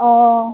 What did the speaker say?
অঁ